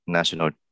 National